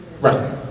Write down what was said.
Right